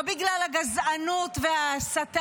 לא בגלל על הגזענות וההסתה,